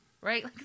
Right